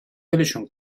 ولشون